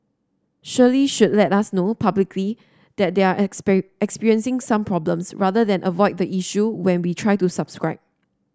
surely should let us know publicly that they're experiencing some problems rather than avoid the issue when we try to subscribe